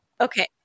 Okay